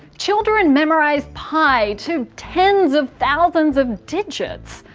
children memorise pi to tens of thousands of digits.